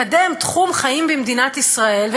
לקדם תחום חיים במדינת ישראל.